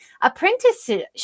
apprenticeship